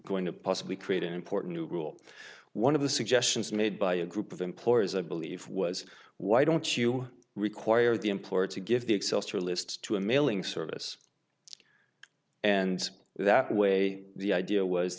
going to possibly create an important new rule one of the suggestions made by a group of employers i believe was why don't you require the employer to give the excelsior list to a mailing service and that way the idea was